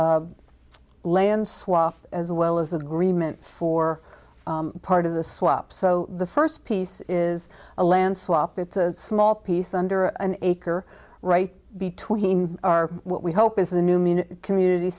this land swap as well as agreement for part of the swap so the first piece is a land swap it's a small piece under an acre right between our what we hope is the new moon community